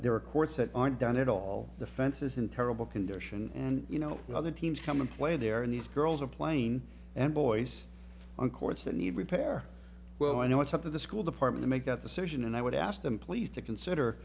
there are courts that aren't done at all the fences in terrible condition and you know other teams come in play there and these girls are plain and boys on courts that need repair well i know it's up to the school department to make that decision and i would ask them please to consider